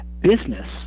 Business